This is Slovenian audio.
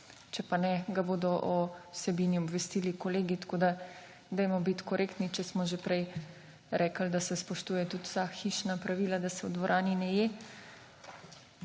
Če pa ne, ga bodo o vsebini obvestili kolegi. Tako da dajmo biti korektni, če smo že prej rekli, da se spoštujejo tudi vsa hišna pravila, da se v dvorani ne je.